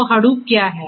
तो Hadoop क्या है